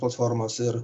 platformos ir